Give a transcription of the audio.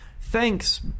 thanks